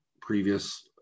previous